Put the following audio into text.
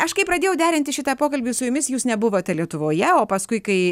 aš kai pradėjau derinti šitą pokalbį su jumis jūs nebuvote lietuvoje o paskui kai